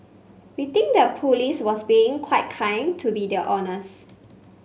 we think the police was being quite kind to be the honest